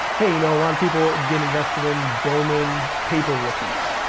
hey, you know, a lot of people get invested in bowman paper rookies.